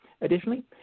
Additionally